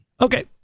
Okay